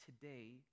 today